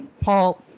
paul